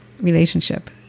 relationship